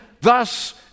thus